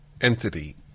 entity